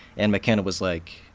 and mckenna was like,